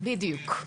בדיוק.